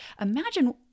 imagine